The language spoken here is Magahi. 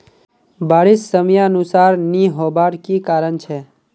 बारिश समयानुसार नी होबार की कारण छे?